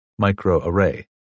microarray